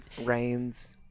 rains